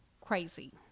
crazy